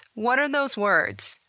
what are those words?